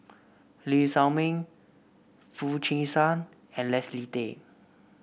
Lee Shao Meng Foo Chee San and Leslie Tay